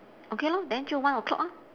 okay lor then jiu one o-clock lor